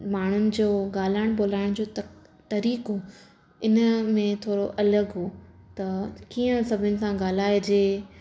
माण्हूं जो ॻाल्हाइणु ॿोलाइण जो तक तरीक़ो इन में थोरो अलॻि हो त कीअं सभनि खां ॻाल्हाए जे